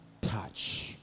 touch